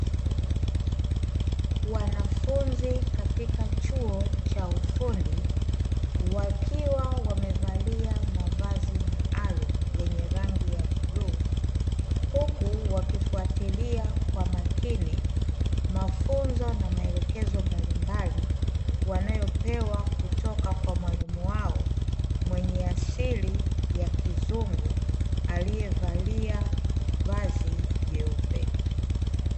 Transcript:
Wanafunzi katika chuo cha ufundi wakiwa wamevalia mavazi maalumu yenye rangi ya bluu, huku wakifualia kwa makini mafunzo na maelekezo mbalimbali, wanayo pewa kutoka kwawalimu wao mwenye asili ya kizungu alievalia vazi jeupe.